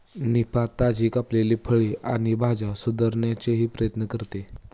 निफा, ताजी कापलेली फळे आणि भाज्या सुधारण्याचाही प्रयत्न करते